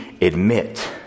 admit